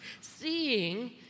seeing